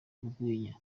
urwenya